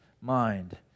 mind